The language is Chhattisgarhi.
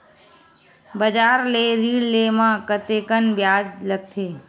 बजार ले ऋण ले म कतेकन ब्याज लगथे?